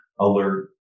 alert